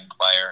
player